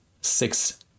six